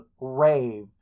rave